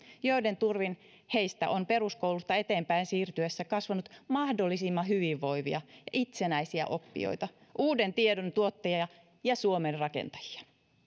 joiden turvin heistä on peruskoulusta eteenpäin siirtyessä kasvanut mahdollisimman hyvinvoivia ja itsenäisiä oppijoita uuden tiedon tuottajia ja ja suomen rakentajia